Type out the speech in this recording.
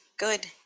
Good